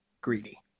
greedy